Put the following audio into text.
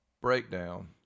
breakdown